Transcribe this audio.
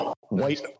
White